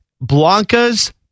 Blanca's